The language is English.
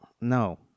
No